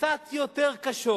קצת יותר קשות,